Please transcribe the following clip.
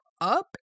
up